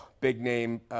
big-name